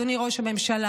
אדוני ראש הממשלה: